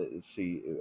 see